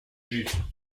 juste